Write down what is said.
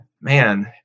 man